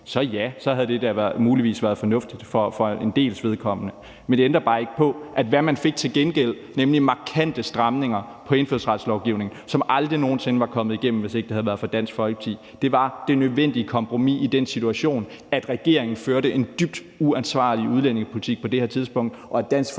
at ja, så havde det da muligvis været fornuftigt for en dels vedkommende. Men det ændrer bare ikke på, hvad man fik til gengæld, nemlig markante stramninger i indfødsretslovgivningen, som aldrig nogen sinde var kommet igennem, hvis ikke det havde været for Dansk Folkeparti. Det var det nødvendige kompromis i den situation, at regeringen førte en dybt uansvarlig udlændingepolitik på det her tidspunkt, og at Dansk Folkeparti